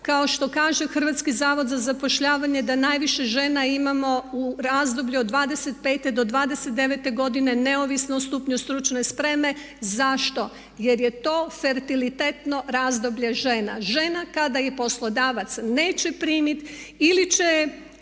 kao što kaže Hrvatski zavod za zapošljavanje da najviše žena imamo u razdoblju od 25-29 godine neovisno o stupnju stručne spreme. Zašto? Jer je to fertilitetno razdoblje žena. Žena kada ih poslodavac neće primiti ili će